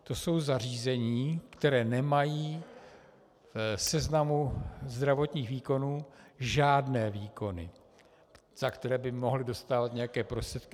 To jsou zařízení, která nemají v seznamu zdravotních výkonů žádné výkony, za které by mohla dostávat nějaké prostředky.